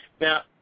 Now